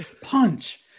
punch